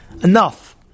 Enough